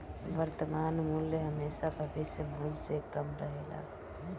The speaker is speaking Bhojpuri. वर्तमान मूल्य हेमशा भविष्य मूल्य से कम रहेला